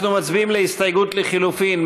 אנחנו מצביעים על הסתייגות לחלופין.